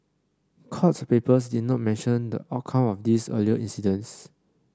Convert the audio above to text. court papers did not mention the outcome of these earlier incidents